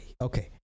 okay